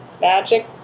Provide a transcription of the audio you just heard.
magic